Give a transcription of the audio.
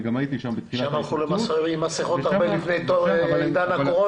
אני חושב שאנחנו נמצאים במהלך של שינוי גדול